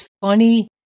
funny